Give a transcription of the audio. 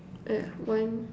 ya one